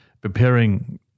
preparing